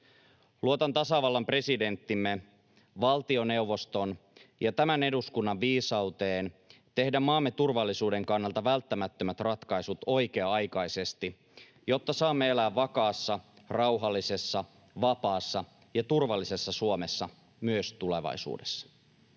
Luotan tasavallan presidenttimme, valtioneuvoston ja tämän eduskunnan viisauteen tehdä maamme turvallisuuden kannalta välttämättömät ratkaisut oikea-aikaisesti, jotta saamme elää vakaassa, rauhallisessa, vapaassa ja turvallisessa Suomessa myös tulevaisuudessa.